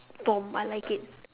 bomb I like it